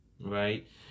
Right